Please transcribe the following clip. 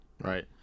Right